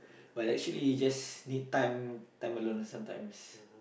but actually you just time time alone sometimes